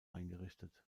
eingerichtet